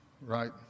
right